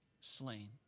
slain